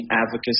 advocacy